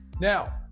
Now